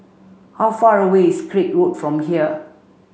how far away is Craig Road from here